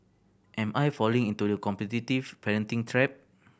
am I falling into the competitive parenting trap